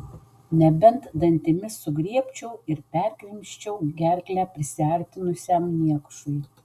nebent dantimis sugriebčiau ir perkrimsčiau gerklę prisiartinusiam niekšui